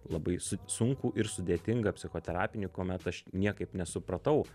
labai su sunkų ir sudėtingą psichoterapinį kuomet aš niekaip nesupratau